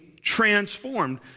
transformed